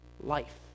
life